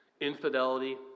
Infidelity